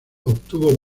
obtuvo